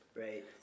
right